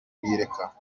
kuyireka